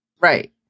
Right